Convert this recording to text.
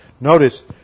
Notice